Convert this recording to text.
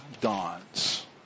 dawns